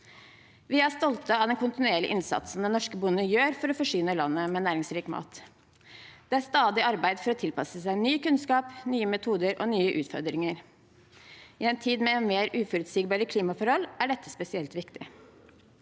Vi er stolte av den kontinuerlige innsatsen den norske bonden gjør for å forsyne landet med næringsrik mat. Det er stadig arbeid for å tilpasse seg ny kunnskap, nye metoder og nye utfordringer. I en tid med mer uforutsigbare klimaforhold er dette spesielt viktig.